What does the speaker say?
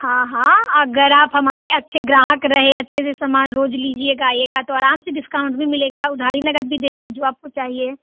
हाँ हाँ अगर आप हमारे अच्छे ग्राहक रहे अच्छे से सामान रोज़ लीजिएगा आईएगा तो आराम से डिस्काउंट भी मिलेगा उधारी नग़द भी देंगे जो आपको चाहिए